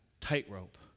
tightrope